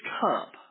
cup